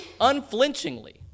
Unflinchingly